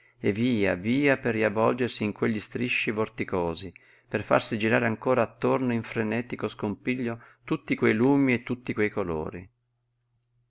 e via via per riavvolgersi in quegli strisci vorticosi per farsi girare ancora attorno in frenetico scompiglio tutti quei lumi e tutti quei colori